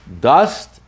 dust